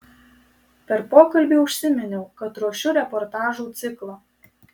per pokalbį užsiminiau kad ruošiu reportažų ciklą